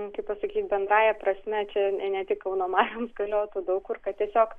kaip pasakyt bendrąja prasme čia ne ne tik kauno marioms galiotų daug kur kad tiesiog